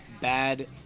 bad